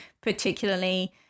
particularly